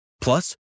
Plus